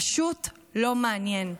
פשוט לא מעניין".